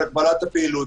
על הגבלת הפעילות.